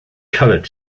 coloured